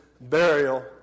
burial